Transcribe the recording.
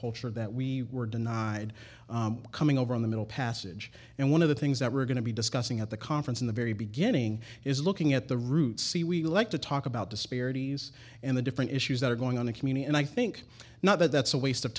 culture that we were denied coming over in the middle passage and one of the things that we're going to be discussing at the conference in the very beginning is looking at the roots see we like to talk about disparities and the different issues that are going on a community and i think now that that's a waste of